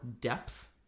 depth